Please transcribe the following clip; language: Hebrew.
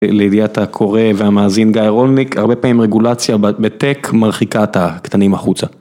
לדעת הקורא והמאזין גיא רולניק, הרבה פעמים רגולציה בטק מרחיקה את הקטנים החוצה.